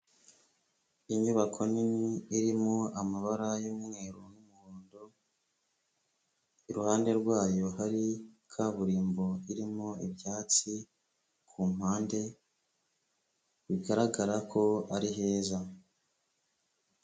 Inyubako nini, irimo amabara y'umweru n'umuhondo, iruhande rwayo hari kaburimbo irimo ibyatsi ku mpande, bigaragara ko ari heza.